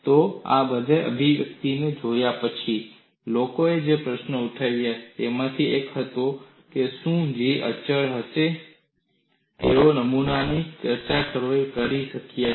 તો આ અભિવ્યક્તિને જોયા પછી લોકોએ જે પ્રશ્નો ઉઠાવ્યા તેમાંથી એક હતો શું અચળ G હશે તેવા નમૂનાની રચના કરવી શક્ય છે